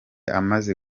amaze